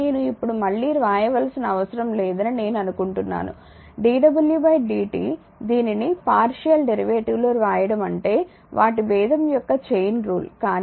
నేను ఇప్పుడు మళ్ళీ వ్రాయవలసిన అవసరం లేదని నేను అనుకుంటున్నాను dw dt దీనిని పార్షియల్ డెరివేటివ్ లో వ్రాయడం అంటే వాటి భేదం యొక్క చైన్ రూల్ కానీ dw dq dq dt